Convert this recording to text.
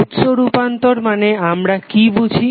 উৎস রূপান্তর মানে আমরা কি বুঝি